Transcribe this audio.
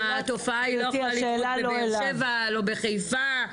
התופעה לא יכולה לקרות בבאר שבע, באילת, לא בחיפה?